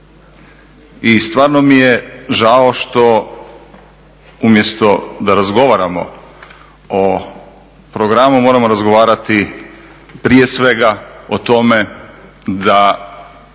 I stvarno mi je žao što umjesto da razgovaramo o programu, moramo razgovarati prije svega o tome da